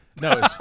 No